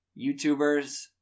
YouTubers